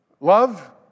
Love